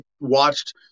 watched